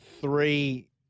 three